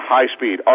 High-Speed